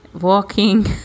walking